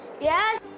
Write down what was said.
Yes